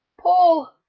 paul.